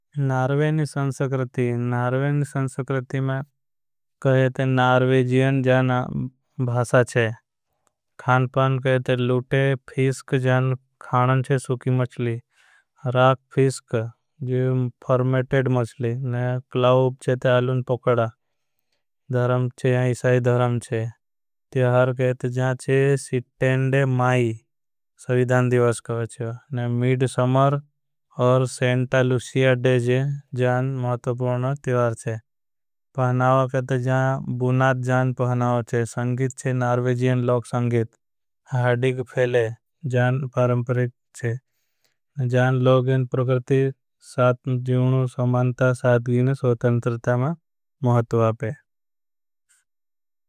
नार्वेजियन नई संस्कृति नार्वेजियन जाना भासा। खान पान कहते लूटे फिस्क जान खानन छे सुकी मचली राक फिस्क। जान फर्मेटेड मचली क्लाउप चे ते अलून पोकड़ा छे यहाँ इसाई धरम। छे तिहार कहते जान छे सिटेंडे माई संविधान दिवस कहा छे समर। और से सेंक्टालू सिया डेजे जान महत्व पूर्ण तिहार छे कहते जान बुनात। जान पहनावा छे छे नार्वेजियन लोग संगीत हाडिक फेले जान पारंपरेक। छे लोग और प्रकर्ती जीवनों समानता साद्गीन स्वतान्त्रता में महत्व आपे।